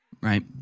right